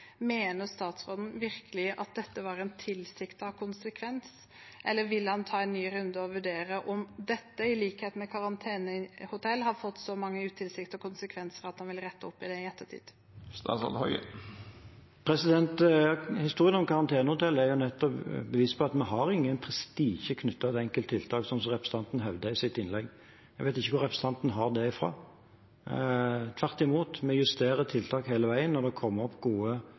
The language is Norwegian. Mener statsråden virkelig at dette var en tilsiktet konsekvens, eller vil han ta en ny runde og vurdere om dette, i likhet med karantenehotell, har fått så mange utilsiktede konsekvenser at han vil rette opp i det i ettertid? Historien om karantenehotell er nettopp et bevis på at vi ikke har noen prestisje knyttet til enkelttiltak, slik representanten hevdet i sitt innlegg. Jeg vet ikke hvor representanten har det fra. Tvert imot – vi justerer tiltak hele veien når det kommer gode